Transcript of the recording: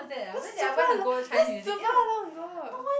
that's super long that's super long ago